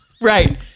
Right